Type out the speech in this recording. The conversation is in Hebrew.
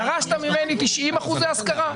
דרשת ממני 90 אחוזי השכרה,